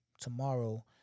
tomorrow